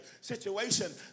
situation